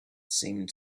seemed